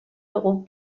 dugu